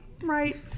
right